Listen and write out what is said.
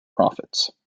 prophets